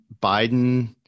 Biden